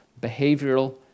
behavioral